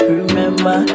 remember